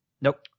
Nope